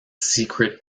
secret